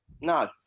No